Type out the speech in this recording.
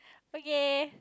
okay